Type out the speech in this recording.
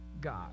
God